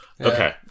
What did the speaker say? Okay